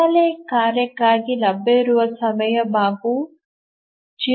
ಹಿನ್ನೆಲೆ ಕಾರ್ಯಕ್ಕಾಗಿ ಲಭ್ಯವಿರುವ ಸಮಯದ ಭಾಗವು 0